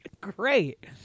great